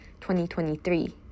2023